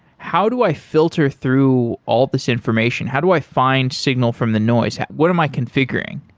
how do i filter through all this information? how do i find signal from the noise? what am i configuring?